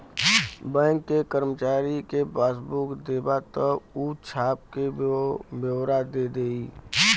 bank के करमचारी के पासबुक देबा त ऊ छाप क बेओरा दे देई